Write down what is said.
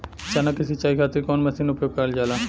चना के सिंचाई खाती कवन मसीन उपयोग करल जाला?